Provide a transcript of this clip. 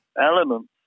elements